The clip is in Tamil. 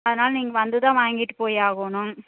அதனால் நீங்கள் வந்து தான் வாங்கிகிட்டு போய் ஆகணும்